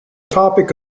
topic